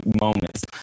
moments